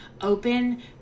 open